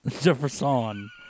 jefferson